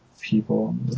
people